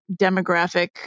demographic